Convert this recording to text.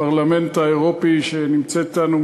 הפרלמנט האירופי שנמצאת אתנו,